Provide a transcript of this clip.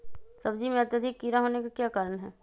सब्जी में अत्यधिक कीड़ा होने का क्या कारण हैं?